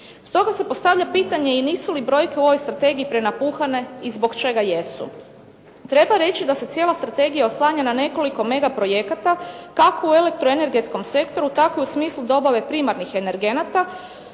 Stoga se postavlja pitanje i nisu li brojke u ovoj strategiji prenapuhane i zbog čega jesu. Treba reći da se cijela strategija oslanja na nekoliko megaprojekata kako u elektroenergetskom sektoru tako i u smislu dobave primarnih energenata